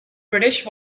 british